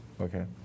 Okay